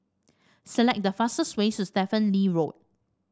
select the fastest way to Stephen Lee Road